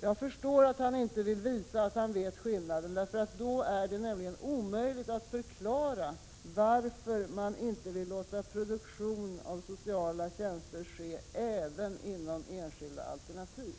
Jag förstår att han inte vill visa att han vet skillnaden, för då är det nämligen omöjligt att förklara varför man inte vill låta produktionen av sociala tjänster ske även inom enskilda alternativ.